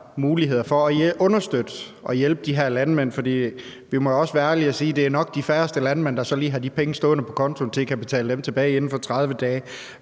muligheder for at understøtte og hjælpe de her landmænd. Vi må også være ærlige og sige, at det nok er de færreste landmænd, der sådan lige har de penge stående på kontoen til at kunne betale dem tilbage inden for 30 dage.